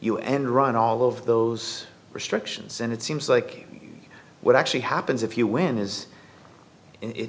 you and run all of those restrictions and it seems like what actually happens if you win is it